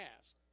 asked